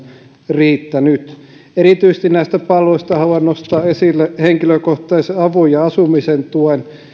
riittänyt näistä palveluista haluan erityisesti nostaa esille henkilökohtaisen avun ja asumisen tuen